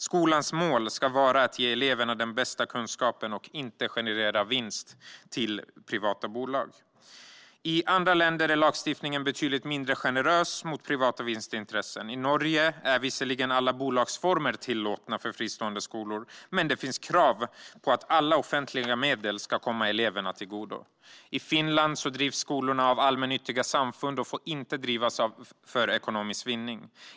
Skolans mål ska vara att ge eleverna den bästa kunskapen - inte att generera vinst till privata bolag. I andra länder är lagstiftningen betydligt mindre generös mot privata vinstintressen. I Norge är visserligen alla bolagsformer tillåtna för fristående skolor, men det finns krav på att alla offentliga medel ska komma eleverna till godo. I Finland drivs skolorna av allmännyttiga samfund och får inte drivas för ekonomisk vinning.